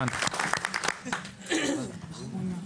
בבקשה.